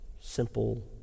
simple